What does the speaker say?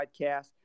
podcast